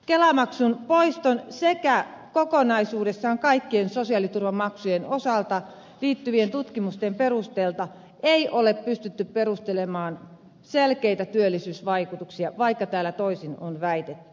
kelamaksun poistoon sekä kokonaisuudessaan kaikkien sosiaaliturvamaksujen poistoon liittyvien tutkimusten perusteella ei ole pystytty perustelemaan selkeitä työllisyysvaikutuksia vaikka täällä toisin on väitetty